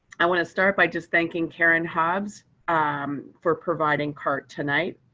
i want to start by just thanking karyn hobbs for providing cart tonight.